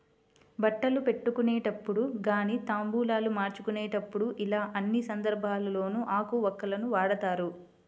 బట్టలు పెట్టుకునేటప్పుడు గానీ తాంబూలాలు మార్చుకునేప్పుడు యిలా అన్ని సందర్భాల్లోనూ ఆకు వక్కలను వాడతారు